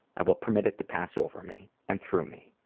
i will permit it to pass over me and through me.